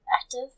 active